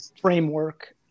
framework